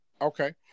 Okay